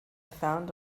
found